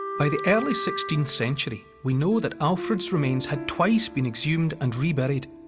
by the early sixteenth century, we know that alfred's remains had twice been exhumed and reburied.